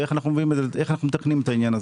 ואיך אנחנו מטפלים בעניין הזה?